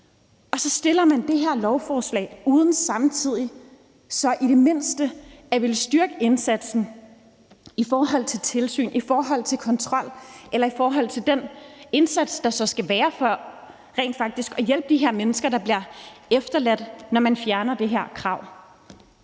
Og så fremsætter man det her lovforslag uden samtidig så i det mindste at ville styrke indsatsen i forhold til tilsyn, i forhold til kontrol eller i forhold til den indsats, der så skal være for rent faktisk at hjælpe de her mennesker, der bliver efterladt, når man fjerner det her krav.